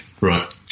Right